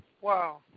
Wow